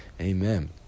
Amen